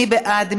מי בעד?